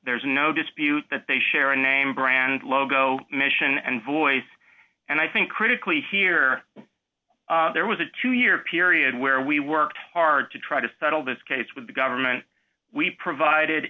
there's no dispute that they share a name brand logo mission and voice and i think critically here there was a two year period where we worked hard to try to settle this case with the government we provided